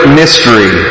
mystery